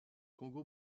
congo